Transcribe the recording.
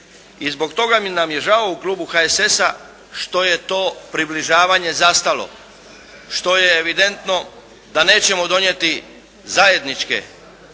I zbog toga nam je žao u klubu HSS-a što je to približavanje zastalo, što je evidentno da nećemo donijeti zajedničke